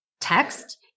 text